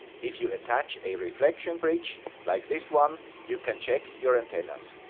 if you attach a reflection bridge like this one, you can check your antennas.